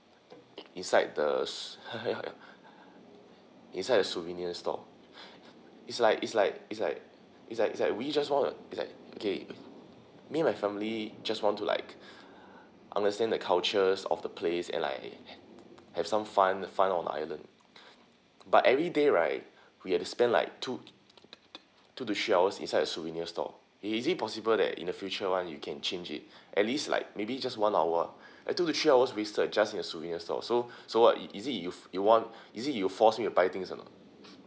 inside the inside the souvenir store is like is like is like is like is like we just want to is like okay me and my family just want to like understand the cultures of the place and like have some fun fun on the island but every day right we have to spend like two two to three hours inside the souvenir store is it possible that in the future [one] you can change it at least like maybe just one hour ah two to three hours wasted just in the souvenir store so so is it you want is it you force me to buy things or not